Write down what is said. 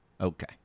Okay